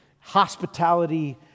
hospitality